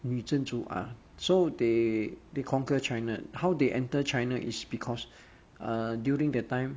女真族 ah so they they conquer china how they enter china is because uh during that time